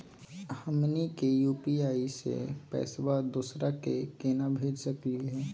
हमनी के यू.पी.आई स पैसवा दोसरा क केना भेज सकली हे?